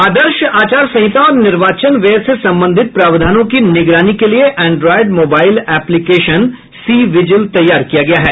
आदर्श आचार संहिता और निर्वाचन व्यय से संबंधित प्रावधानों की निगरानी के लिए Android mobile application C vigil तैयार किया गया है